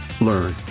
learn